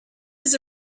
his